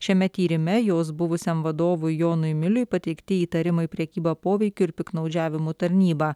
šiame tyrime jos buvusiam vadovui jonui miliui pateikti įtarimai prekyba poveikiu ir piktnaudžiavimu tarnyba